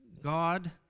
God